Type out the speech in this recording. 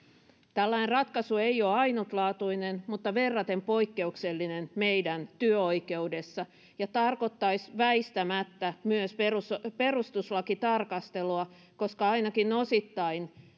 tällainen ratkaisu ei ole ainutlaatuinen mutta verraten poikkeuksellinen meidän työoikeudessa ja tarkoittaisi väistämättä myös perustuslakitarkastelua koska ainakin osittain